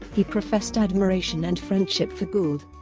he professed admiration and friendship for gould.